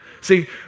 See